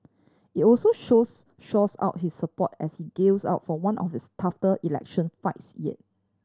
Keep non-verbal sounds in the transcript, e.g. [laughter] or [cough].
it also shows shores up his support as he gills up for one of his t [unintelligible] election fights yet